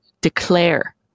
declare